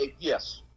yes